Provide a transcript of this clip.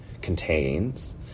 contains